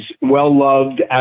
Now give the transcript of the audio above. well-loved